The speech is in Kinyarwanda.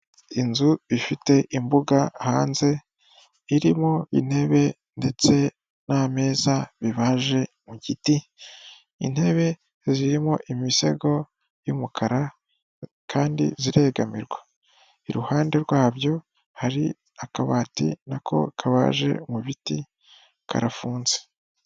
Inzu ifite imbuga hanze irimo intebe ndetse n'ameza bibaje mu giti, intebe zirimo imisego y'umukara kandi ziregamirwa; iruhande rwabyo hari akabati nako kabaje mu biti karafunze.